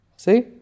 See